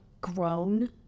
grown